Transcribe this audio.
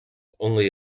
only